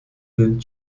den